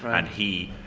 and he,